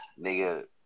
Nigga